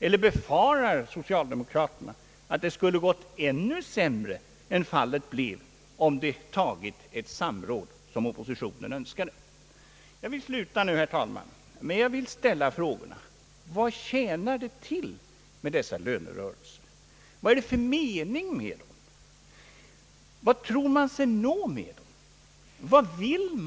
Eller befarar socialdemokraterna att det skulle ha gått ännu sämre om de tagit det samråd som oppositionen önskade? Jag vill sluta nu, herr talman, men jag vill ställa frågorna: Vad tjänar det till med dessa lönerörelser? Vad är det för mening med dem? Vad tror man sig nå med